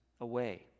away